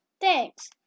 Thanks